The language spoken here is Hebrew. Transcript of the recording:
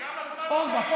אורבך.